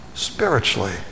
spiritually